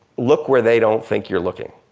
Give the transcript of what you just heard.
look where they don't think you're looking.